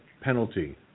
penalty